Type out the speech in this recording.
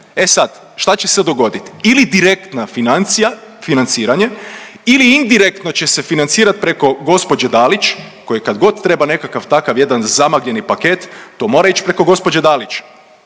e sad šta će se dogodit ili direktna financija, financiranje ili indirektno će se financirat preko gospođe Dalić koje kadgod treba nekakav takav jedan zamagljeni paket to mora ić preko gospođe Dalić